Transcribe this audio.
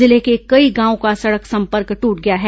जिले के कई गांवों का सड़क संपर्क ट्रट गया है